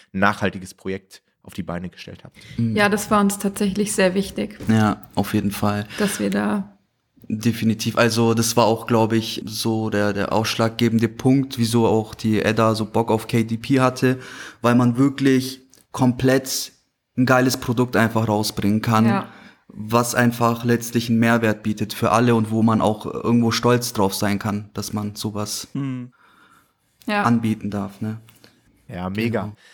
nachhaltiges Projekt auf die Beine gestellt habt. Mhm. Ja, das war uns tatsächlich sehr wichtig, Ja, auf jeden Fall. dass wir da- Definitiv. Also das war auch, glaub ich, so der- der ausschlaggebende Punkt, wieso auch die Edda so Bock auf KDP hatte, weil man wirklich komplett ein geiles Produkt einfach rausbringen kann, Ja. was einfach letztlich einen Mehrwert bietet für alle und wo man auch irgendwo stolz drauf sein kann, dass man sowas Hm. Ja. anbieten darf, ne? Ja, mega. Genau.